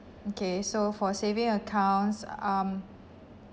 okay so for saving accounts um